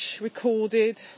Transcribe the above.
recorded